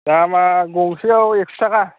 दामा गंसेयाव एक्स' थाखा